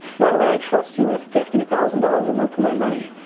why would i trust you with fifty thousand dollars a month of my money?